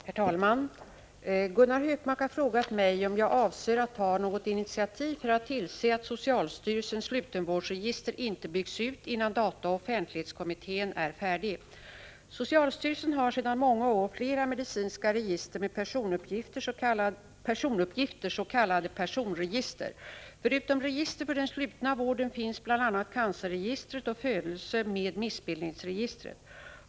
Herr talman! Gunnar Hökmark har frågat mig om jag avser att ta något initiativ för att tillse att socialstyrelsens slutenvårdsregister inte byggs ut, innan dataoch offentlighetskommittén är färdig. Socialstyrelsen har sedan många år flera medicinska register med personuppgifter, s.k. personregister. Förutom register för den slutna vården finns bl.a. cancerregistret och födelsemed missbildningsregistret.